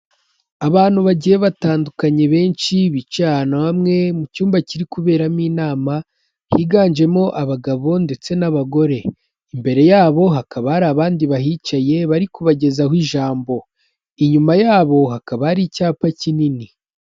Abantu bagiye batandukanye benshi bicaye ahantu hamwe mu cyumba kiri kuberamo inama higanjemo abagabo ndetse n'abagore, imbere yabo hakaba hari abandi bahicaye bari kubagezaho ijambo, inyuma yabo hakaba hari icyapa kinini.